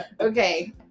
Okay